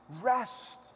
rest